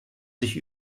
sich